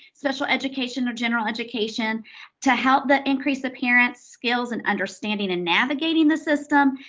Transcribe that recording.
special education or general education to help the increase the parents skills and understanding and navigating the system,